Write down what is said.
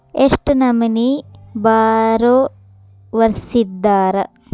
ಎಷ್ಟ್ ನಮನಿ ಬಾರೊವರ್ಸಿದಾರ?